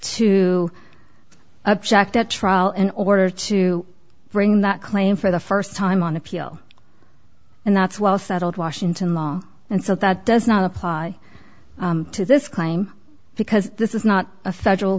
to object at trial in order to bring that claim for the st time on appeal and that's well settled washington law and so that does not apply to this claim because this is not a federal